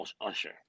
Usher